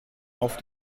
auf